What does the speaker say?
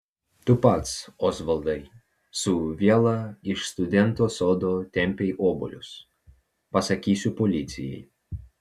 tu pats osvaldai su viela iš studento sodo tempei obuolius pasakysiu policijai